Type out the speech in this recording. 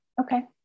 Okay